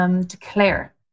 Declare